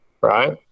right